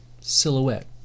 silhouette